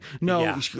No